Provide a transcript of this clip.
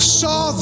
saw